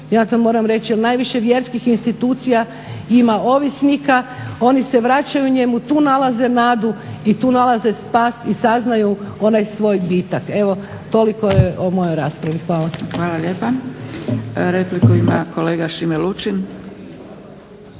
ja to moram reći jer najviše vjerskih institucija ima ovisnika, oni se vraćaju njemu, tu nalaze nadu i tu nalaze spas i saznaju onaj svoj bitak. Evo, toliko o mojoj raspravi. Hvala. **Zgrebec, Dragica (SDP)** Hvala lijepa. Repliku ima kolega Šime Lučin.